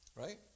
right